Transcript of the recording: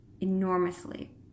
enormously